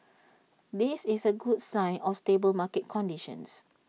this is A good sign of stable market conditions